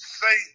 say